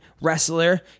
wrestler